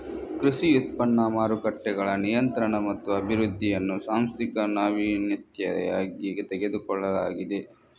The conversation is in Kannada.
ಕೃಷಿ ಉತ್ಪನ್ನ ಮಾರುಕಟ್ಟೆಗಳ ನಿಯಂತ್ರಣ ಮತ್ತು ಅಭಿವೃದ್ಧಿಯನ್ನು ಸಾಂಸ್ಥಿಕ ನಾವೀನ್ಯತೆಯಾಗಿ ತೆಗೆದುಕೊಳ್ಳಲಾಗಿದೆ